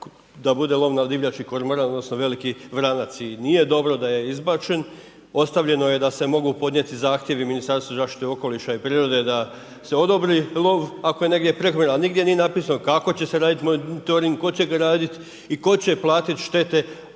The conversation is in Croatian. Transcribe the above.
da bude lov na divljači …/nerazumljivo/… dosta veliki vranac i nije dobro da je izbačen, ostavljeno je da se mogu podnijeti zahtjevi Ministarstvu zaštite okoliša i prirode da se odobri lov ako je negdje prekomjeran, ali nigdje nije napisano kako će se radi monitoring, tko će ga radit i tko će platit štete ako